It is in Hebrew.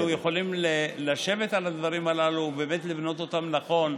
אנחנו יכולים לשבת על הדברים הללו ובאמת לבנות אותם נכון,